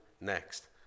next